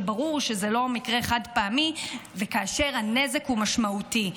כאשר ברור שזה לא מקרה חד-פעמי וכאשר הנזק הוא משמעותי.